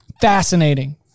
fascinating